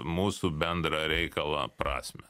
mūsų bendrą reikalą prasmę